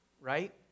right